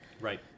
right